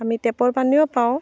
আমি টেপৰ পানীও পাওঁ